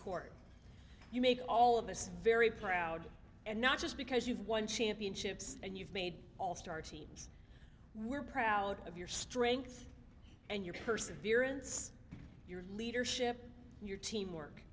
court you make all of this very proud and not just because you've won championships and you've made all star teams we're proud of your strength and your perseverance your leadership and your teamwork